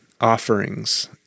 Offerings